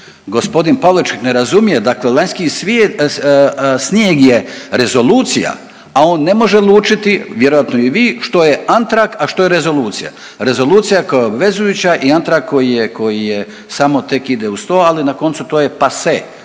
Gospodin Pavliček ne razumije dakle lanjski svijet, snijeg je rezolucija, a on ne može lučiti, vjerojatno i vi što je antrak, a što je rezolucija. Rezolucija koja je obvezujuća i antrak koji je, koji je samo tek ide uz to, ali na koncu to je passe,